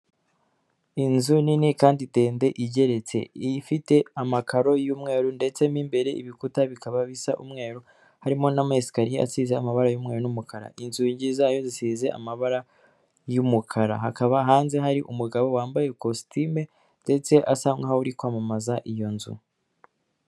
Inzu nini kandi ndende igeretse, ifite amakaro y'umweru ndetse mo imbere ibikuta bikaba bisa umweru, harimo n'amayesikariye asize amabara y'umweru n'umukara, inzugi zayo zisize amabara y'umukara, hakaba hanze hari umugabo wambaye ikositimu ndetse asa nk'aho ari kwamamaza iyo nzu.